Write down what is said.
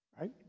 Right